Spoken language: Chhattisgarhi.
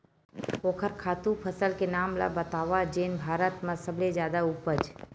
ओखर खातु फसल के नाम ला बतावव जेन भारत मा सबले जादा उपज?